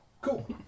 Cool